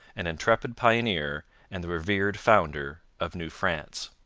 an intrepid pioneer and the revered founder of new france.